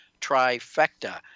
trifecta